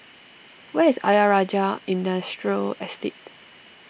where is Ayer Rajah Industrial Estate